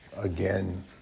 again